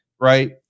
right